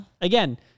Again